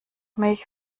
mich